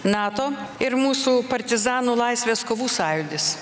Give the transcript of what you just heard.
nato ir mūsų partizanų laisvės kovų sąjūdis